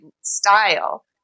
style